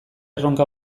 erronka